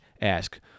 ask